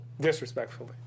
Disrespectfully